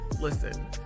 Listen